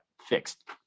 fixed